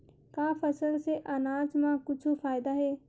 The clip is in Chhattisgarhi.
का फसल से आनाज मा कुछु फ़ायदा हे?